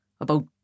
About